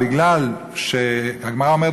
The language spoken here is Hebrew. הגמרא אומרת,